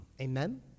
Amen